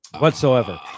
whatsoever